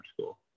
school